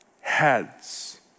heads